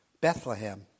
Bethlehem